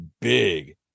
big